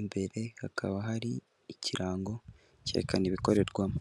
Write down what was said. imbere hakaba hari ikirango cyerekana ibikorerwamo.